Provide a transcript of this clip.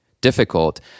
difficult